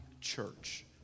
church